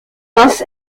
north